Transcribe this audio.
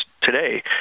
today